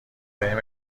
بهم